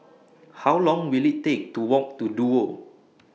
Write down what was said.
How Long Will IT Take to Walk to Duo